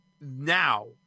now